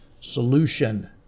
solution